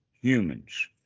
humans